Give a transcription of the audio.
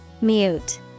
Mute